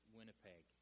Winnipeg